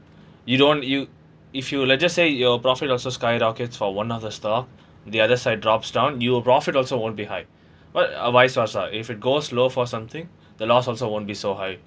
you don't you if you let's just say your profit also skyrockets for one other stock the other side drops down your profit also won't be high but uh vice versa if it goes low for something the loss also won't be so high